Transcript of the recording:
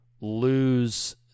lose